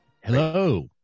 Hello